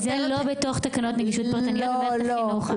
לא בתוך תקנות נגישות פרטנית במערכת החינוך?